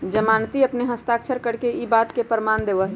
जमानती अपन हस्ताक्षर करके ई बात के प्रमाण देवा हई